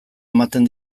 ematen